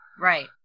Right